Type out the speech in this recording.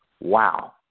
Wow